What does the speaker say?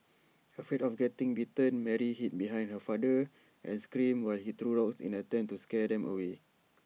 afraid of getting bitten Mary hid behind her father and screamed while he threw rocks in an attempt to scare them away